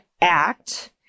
act